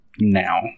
now